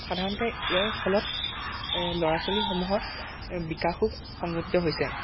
সাধাৰণতে এই ফলত ল'ৰা ছোৱালীসমূহৰ বিকাশো সংঘটিত হৈছে